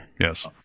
yes